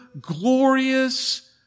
glorious